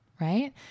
Right